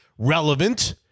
relevant